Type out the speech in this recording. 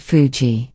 Fuji